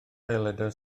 aelodau